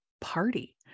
party